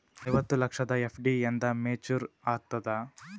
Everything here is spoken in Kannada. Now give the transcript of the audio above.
ಐವತ್ತು ಲಕ್ಷದ ಎಫ್.ಡಿ ಎಂದ ಮೇಚುರ್ ಆಗತದ?